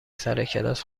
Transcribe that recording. سرکلاس